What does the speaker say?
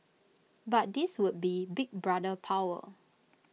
but this would be Big Brother power